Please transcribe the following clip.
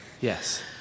Yes